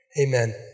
Amen